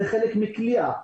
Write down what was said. זה חלק מכליאה.